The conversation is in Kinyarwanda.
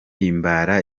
himbara